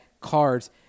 cards